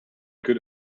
could